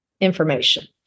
Information